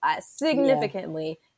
significantly